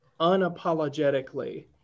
unapologetically